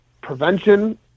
prevention